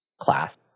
class